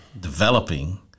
developing